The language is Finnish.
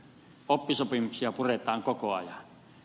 oppisopimuksia puretaan koko ajan